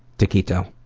taquito.